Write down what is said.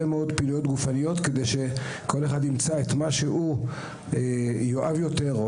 מאוד פעילויות גופניות כדי שכל אחד ימצא את מה שהוא יאהב יותר או